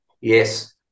yes